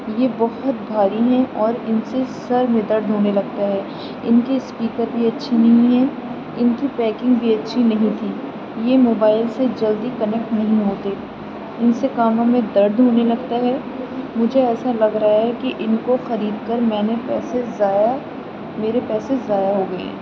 یہ بہت بھاری ہیں اور ان سے سر میں درد ہونے لگتا ہے ان کے اسپیکر بھی اچھے نہیں ہیں ان کی پیکنگ بھی اچھی نہیں تھی یہ موبائل سے جلدی کنیکٹ نہیں ہوتے ان سے کانوں میں درد ہونے لگتا ہے مجھے ایسا لگ رہا ہے کہ ان کو خرید کر میں نے پیسے ضائع میرے پیسے ضائع ہو گئے